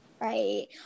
Right